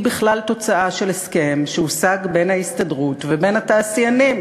היא בכלל תוצאה של הסכם שהושג בין ההסתדרות ובין התעשיינים.